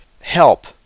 help